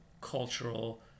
cultural